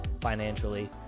financially